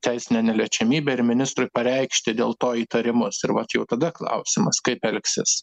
teisinę neliečiamybę ir ministrui pareikšti dėl to įtarimus ir vat jau tada klausimas kaip elgsis